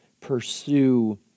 pursue